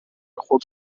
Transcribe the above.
خود